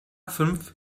fünf